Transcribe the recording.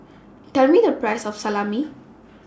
Tell Me The Price of Salami